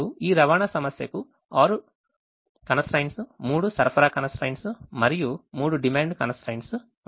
ఇప్పుడు ఈ రవాణా సమస్యకు 6 constraints 3 సరఫరా constraints మరియు 3 డిమాండ్ constraints ఉన్నాయి